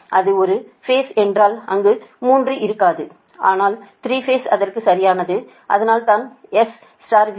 அது ஒரு பேஸ் என்றால் அங்கு 3 இருக்காது ஆனால் 3 பேஸ் அதற்கு சரியானது அதனால் தான்SVR